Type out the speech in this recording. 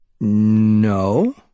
No